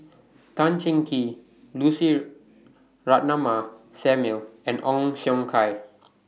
Tan Cheng Kee Lucy Ratnammah Samuel and Ong Siong Kai